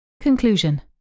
Conclusion